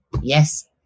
yes